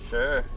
Sure